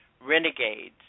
Renegades